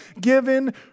given